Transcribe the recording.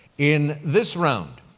in this round,